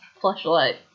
flashlight